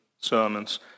sermons